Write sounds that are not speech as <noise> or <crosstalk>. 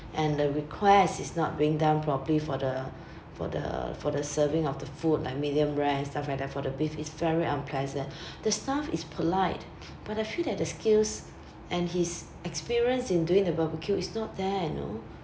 and the request is not being done properly for the for the for the serving of the food like medium rare stuff like that for the beef it's very unpleasant <breath> the staff is polite but I feel that the skills and his experience in doing the barbecue is not there you know